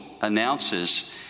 announces